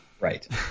Right